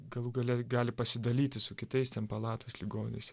galų gale gali pasidalyti su kitais ten palatos ligoniais